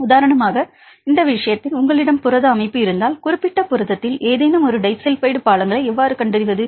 உதாரணமாக இந்த விஷயத்தில் உங்களிடம் புரத அமைப்பு இருந்தால் குறிப்பிட்ட புரதத்தில் ஏதேனும் ஒரு டைஸல்பைடு பாலங்களை எவ்வாறு கண்டறிவது